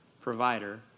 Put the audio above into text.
provider